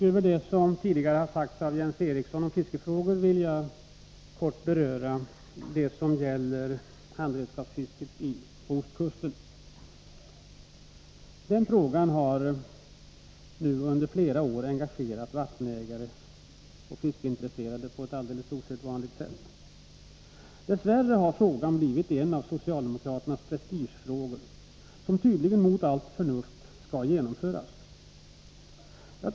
Herr talman! Utöver vad Jens Eriksson tidigare har sagt om fiskefrågor vill jag kort beröra handredskapsfisket vid ostkusten. Frågan om frisläppande av detta fiske har nu under flera år engagerat vattenägare och fiskeintresserade på ett alldeles osedvanligt sätt. Dess värre har den blivit en av socialdemokraternas prestigefrågor, där de tydligen mot allt förnuft skall genomföra sitt förslag.